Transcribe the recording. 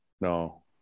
No